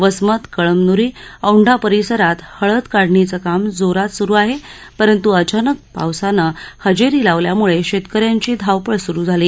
वसमत कळमनुरी औंढा परिसरात हळद काढणीचं काम जोरात सुरू आहे परंतु अचानक पावसानं हजेरी लावल्यामुळे शेतकऱ्यांची धावपळ सुरू झाली